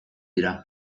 dira